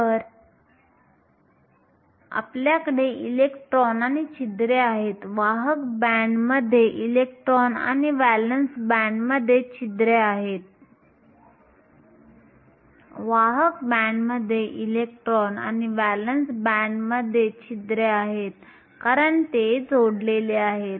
तर कारण आपल्याकडे इलेक्ट्रॉन आणि छिद्रे आहेत वाहक बँडमध्ये इलेक्ट्रॉन आणि व्हॅलेन्स बँडमध्ये छिद्र आहेत कारण हे जोडलेले आहेत